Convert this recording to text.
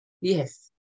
yes